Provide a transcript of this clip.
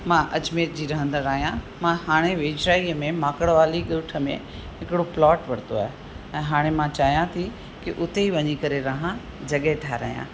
मां अजमेर जी रहंदड़ आहियां मां हाणे वेझिड़ाईअ में माकड़वाली ॻोठ में हिकिड़ो प्लॉट वरितो आहे ऐं हाणे मां चाहियां थी कि उते ई वञी करे रहा जॻहि ठहिरायां